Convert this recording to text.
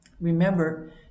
Remember